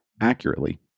accurately